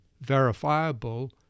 verifiable